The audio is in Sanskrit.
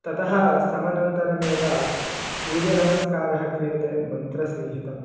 ततः समनन्तरमेव सूर्यनमस्कारः क्रियते मन्त्रसहितं